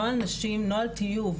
נוהל נשים, נוהל טיוב